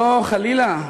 לא, חלילה.